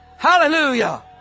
Hallelujah